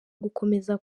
gukomeza